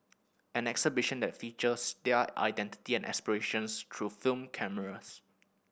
an exhibition that features their identity and aspirations through film cameras